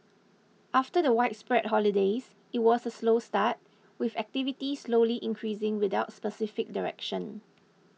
after the widespread holidays it was a slow start with activity slowly increasing without specific direction